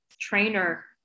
trainer –